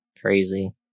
Crazy